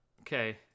Okay